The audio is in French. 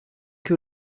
que